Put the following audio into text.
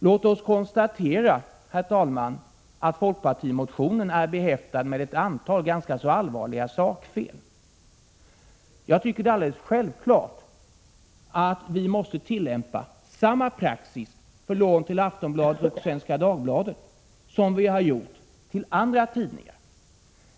Låt oss konstatera, herr talman, att folkpartimotionen är behäftad med ett antal ganska så allvarliga sakfel. Jag tycker att det är alldeles självklart att vi måste tillämpa samma praxis för lån till Aftonbladet och Svenska Dagbladet som vi gjort till andra tidningar.